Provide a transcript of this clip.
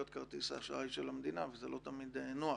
כרטיס האשראי של המדינה וזה לא תמיד נוח.